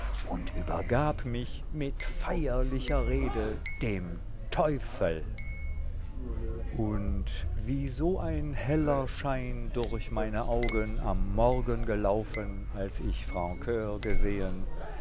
und übergab mich mit feierlicher rede dem teufel und wie so ein heller schein durch meine augen am morgen gelaufen als ich francur gesehen